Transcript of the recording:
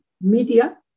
media